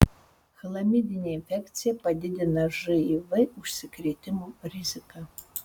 chlamidinė infekcija padidina živ užsikrėtimo riziką